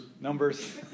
numbers